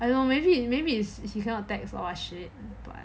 I don't know maybe maybe is he cannot text or shit